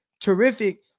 terrific